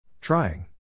Trying